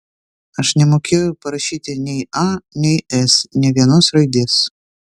aš nemokėjau parašyti nei a nei s nė vienos raidės